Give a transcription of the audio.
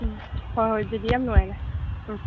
ꯎꯝ ꯍꯣꯏ ꯍꯣꯏ ꯑꯗꯨꯗꯤ ꯌꯥꯝ ꯅꯨꯡꯉꯥꯏꯔꯦ ꯎꯝ